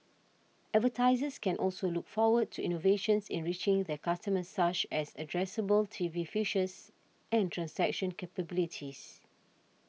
advertisers can also look forward to innovations in reaching their customers such as addressable T V features and transaction capabilities